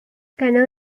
connell